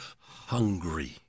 hungry